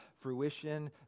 fruition